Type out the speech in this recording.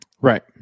right